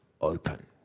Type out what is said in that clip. open